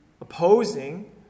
opposing